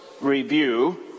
review